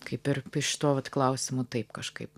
kaip ir šituo vat klausimu taip kažkaip